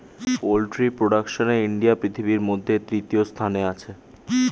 poultry প্রোডাকশনে India পৃথিবীর মধ্যে তৃতীয় স্থানে আছে